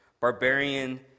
barbarian